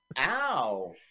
Ow